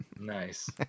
Nice